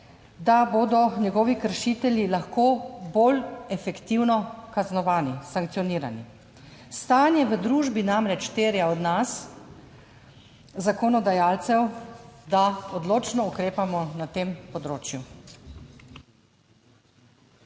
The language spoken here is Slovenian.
da bodo njegovi kršitelji lahko bolj efektivno kaznovani, sankcionirani. Stanje v družbi namreč terja od nas zakonodajalcev, da odločno ukrepamo na tem področju.